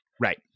Right